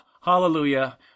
hallelujah